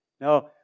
Now